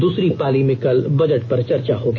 दूसरी पाली में कल बजट पर चर्चा होगी